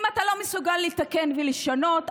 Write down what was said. אם אתה לא מסוגל לתקן ולשנות,